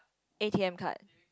A_T_M card